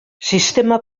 sistema